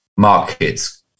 markets